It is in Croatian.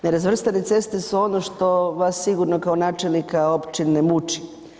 Nerazvrstane ceste su ono što vas sigurno kao načelnika općine muči.